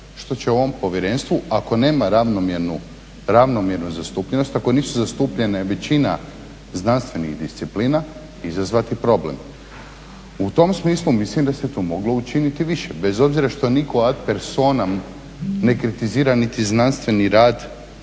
što će u ovom povjerenstvo, ako nema ravnomjernu zastupljenost, ako nisu zastupljene većina znanstvenih disciplina, izazvati problem. U tom smislu mislim da se tu moglo učiniti više, bez obzira što niko ad personam ne kritizira niti znanstveni rad,